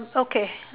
oh okay